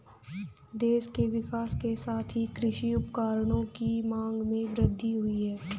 देश के विकास के साथ ही कृषि उपकरणों की मांग में वृद्धि हुयी है